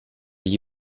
gli